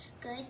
good